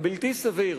הבלתי-סביר,